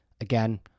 again